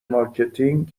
مارکتینگ